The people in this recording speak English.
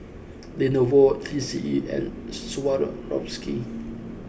Lenovo three C E and Swarovski